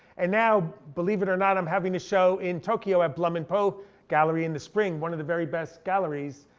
and now, believe it or not, i'm having a show in tokyo at blum and poe gallery in the spring, one of the very best galleries.